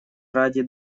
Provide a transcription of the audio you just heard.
ради